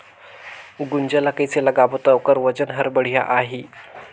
गुनजा ला कइसे लगाबो ता ओकर वजन हर बेडिया आही?